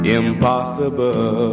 impossible